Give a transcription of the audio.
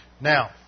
Now